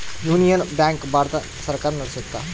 union Bank ಭಾರತ ಸರ್ಕಾರ ನಡ್ಸುತ್ತ